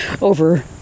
over